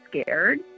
scared